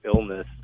illness